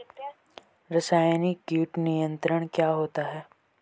रसायनिक कीट नियंत्रण क्या होता है?